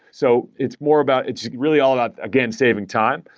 so it's more about it's really all about, again, saving time,